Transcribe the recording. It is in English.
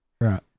Right